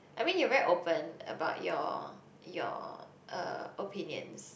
I mean you're very open about your your uh opinions